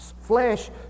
flesh